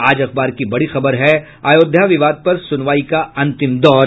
आज अखबार की बड़ी खबर है अयोध्या विवाद पर सुनवाई का अंतिम दौर